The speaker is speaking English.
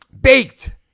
baked